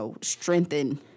strengthen